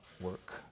work